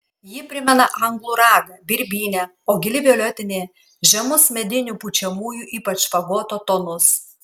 ji primena anglų ragą birbynę o gili violetinė žemus medinių pučiamųjų ypač fagoto tonus